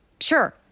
Sure